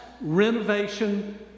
renovation